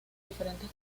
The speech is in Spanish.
diferentes